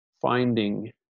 finding